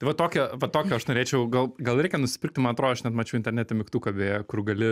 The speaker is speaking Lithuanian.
tai va tokio va tokio aš norėčiau gal gal reikia nusipirkti man atrodo aš net mačiau internete mygtuką beje kur gali